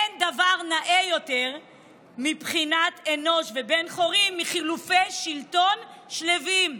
אין דבר נאה יותר מבחינת אנוש ובן חורין מחילופי שלטון שלווים.